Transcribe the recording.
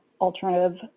alternative